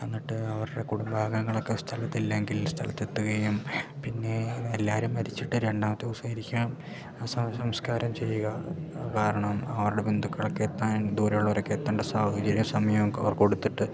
എന്നിട്ട് അവരുടെ കുടുംബാഗങ്ങളൊക്കെ സ്ഥലത്തില്ലെങ്കിൽ സ്ഥലത്ത് എത്തുകയും പിന്നെ എല്ലാവരും മരിച്ചിട്ട് രണ്ടാമത്തെ ദിവസമായിരിക്കാം ശവസംസ്കാരം ചെയ്യുക കാരണം അവരുടെ ബന്ധുക്കളൊക്കെ എത്താൻ ദൂരെ ഉള്ളവരൊക്കെ എത്തേണ്ട സാഹചര്യം സമയം ഒക്കെ അവർ കൊടുത്തിട്ട്